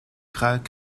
frères